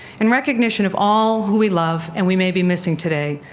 in recognition of all who we love and we may be missing today,